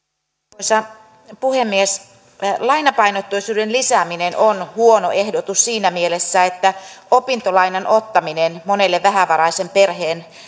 arvoisa puhemies lainapainotteisuuden lisääminen on huono ehdotus siinä mielessä että opintolainan ottaminen monelle vähävaraisen perheen